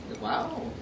Wow